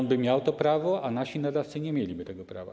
On by miał to prawo, a nasi nadawcy nie mieliby tego prawa.